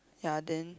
ya then